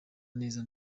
neza